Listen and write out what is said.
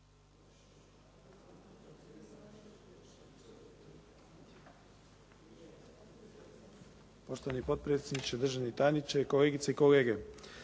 Hvala vam